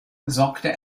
sorgte